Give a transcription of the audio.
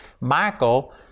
Michael